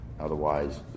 Otherwise